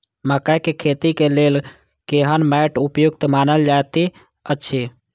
मकैय के खेती के लेल केहन मैट उपयुक्त मानल जाति अछि?